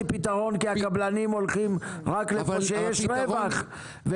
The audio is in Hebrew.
פתרון כי הקבלנים הולכים רק לאיפה שיש רווח,